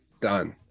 done